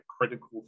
critical